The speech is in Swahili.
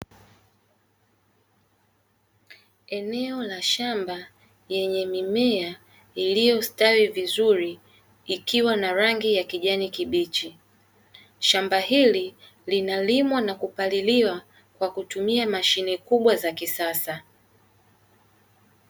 Eneo la shamba yenye mimea iliyostawi vizuri ikiwa na rangi ya kijani kibichi. Shamba hili linalimwa na kupaliliwa kwa kutumia mashine kubwa za kisasa.